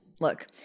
Look